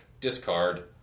Discard